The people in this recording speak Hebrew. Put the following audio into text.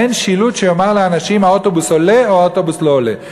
אין שילוט שיאמר לאנשים אם האוטובוס עולה או אם האוטובוס לא עולה.